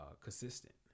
consistent